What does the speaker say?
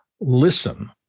listen